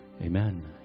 Amen